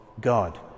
God